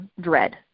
dread